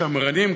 השמרנים,